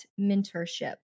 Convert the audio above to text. mentorship